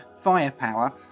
firepower